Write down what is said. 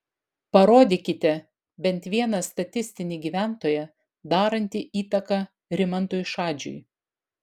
parodykite bent vieną statistinį gyventoją darantį įtaką rimantui šadžiui